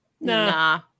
Nah